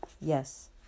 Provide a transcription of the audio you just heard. Yes